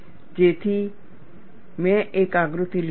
તેથી મેં એક આકૃતિ લીધી છે